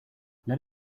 let